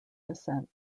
descent